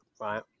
right